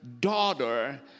Daughter